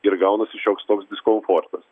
ir gaunasi šioks toks diskomfortas